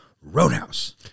Roadhouse